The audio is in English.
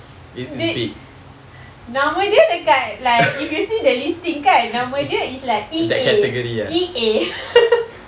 de~ nama dia dekat like if you see the listing kan nama dia E_A E_A